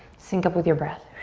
sync up with your breath.